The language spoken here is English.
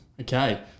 Okay